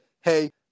Hey